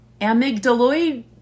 Amygdaloid